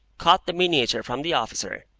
caught the miniature from the officer,